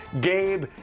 Gabe